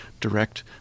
direct